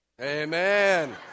Amen